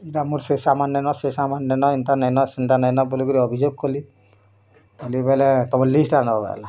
ଏଇଟା ଆମର ସେ ସାମାନ୍ ନେନ ସେ ସାମାନ୍ ନେନ ଏନ୍ତା ନେନ ସେନ୍ତା ନେନ ବୋଲି କରି ଅଭିଯୋଗ କଲି କହିଲା ତମ ଲିଷ୍ଟ ଆଣବା ହେଲା